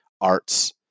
arts